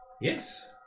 Yes